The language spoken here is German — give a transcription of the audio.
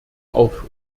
auf